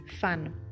fun